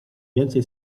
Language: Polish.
więcej